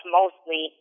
mostly